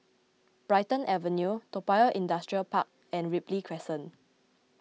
Brighton Avenue Toa Payoh Industrial Park and Ripley Crescent